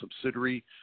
subsidiary